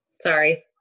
Sorry